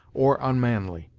or unmanly.